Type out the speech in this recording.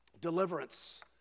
Deliverance